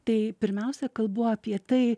tai pirmiausia kalbu apie tai